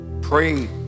Pray